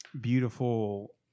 beautiful